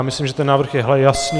Myslím, že ten návrh je jasný.